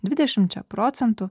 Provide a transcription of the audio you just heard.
dvidešimčia procentų